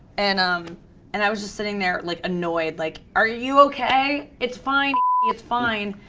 and um and i was just sitting there like annoyed like, are you okay? it's fine it's fine.